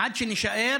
עד שנישאר